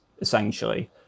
essentially